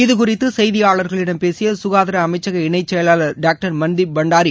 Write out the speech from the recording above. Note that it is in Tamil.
இதுகுறித்து செய்தியாளர்களிடம் பேசிய சுகாதார அமைச்சக இணைச் செயலாளர் டாக்டர் மன்தீப் பண்டாரி